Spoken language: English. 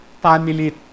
family